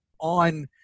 on